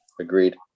Agreed